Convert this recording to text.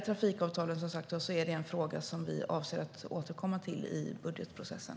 Trafikavtalen är som sagt en fråga som vi avser att återkomma till i budgetprocessen.